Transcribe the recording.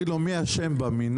תגיד לו מי אשם במינהל,